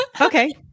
Okay